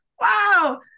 wow